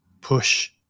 push